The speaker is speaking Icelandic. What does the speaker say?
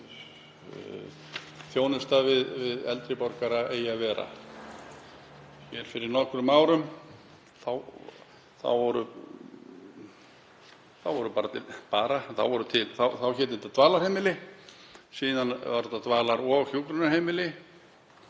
þjónusta við eldri borgara eigi að vera. Fyrir nokkrum árum hétu þetta dvalarheimili. Síðan urðu þetta dvalar- og hjúkrunarheimili.